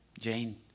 Jane